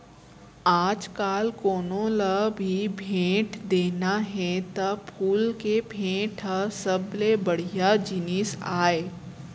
आजकाल कोनों ल भी भेंट देना हे त फूल के भेंट ह सबले बड़िहा जिनिस आय